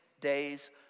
days